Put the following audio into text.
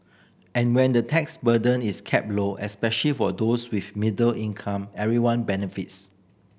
and when the tax burden is kept low especial for those with middle income everyone benefits